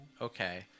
Okay